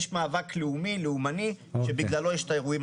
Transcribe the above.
יש מאבק לאומי לאומני שבגללו יש את האירועים